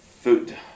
food